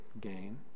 gain